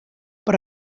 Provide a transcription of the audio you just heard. per